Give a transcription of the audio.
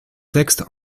texte